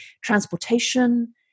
transportation